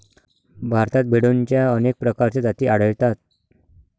भारतात भेडोंच्या अनेक प्रकारच्या जाती आढळतात